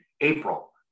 April